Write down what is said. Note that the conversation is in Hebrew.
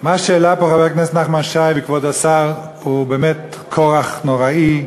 מה שהעלו פה חבר הכנסת נחמן שי וכבוד השר הוא באמת כורח נוראי.